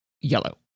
yellow